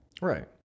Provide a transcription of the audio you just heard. Right